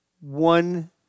one